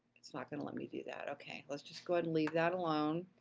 it's not gonna let me do that, okay. let's just go ahead and leave that alone.